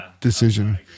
decision